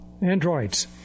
androids